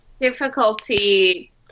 difficulty